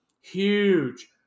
Huge